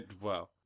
Wow